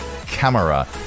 Camera